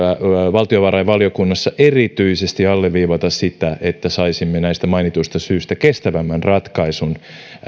valtiovarainvaliokunnassa erityisesti alleviivata sitä että saisimme näistä mainituista syistä kestävämmän ratkaisun